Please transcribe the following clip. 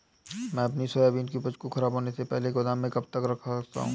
मैं अपनी सोयाबीन की उपज को ख़राब होने से पहले गोदाम में कब तक रख सकता हूँ?